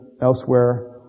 Elsewhere